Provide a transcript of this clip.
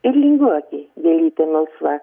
ir linguoki gėlytė melsva